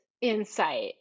insight